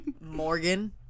Morgan